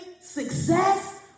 success